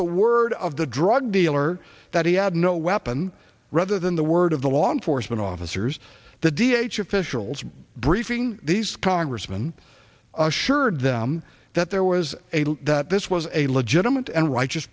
the word of the drug dealer that he had no weapon rather than the word of the law enforcement officers the d h officials briefing these congressmen assured them that there was a law that this was a legitimate and